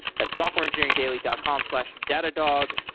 that's software engineering daily dot com slash datadog.